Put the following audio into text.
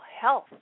health